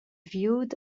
viewed